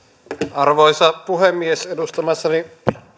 arvoisa puhemies edustamassani